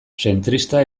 zentrista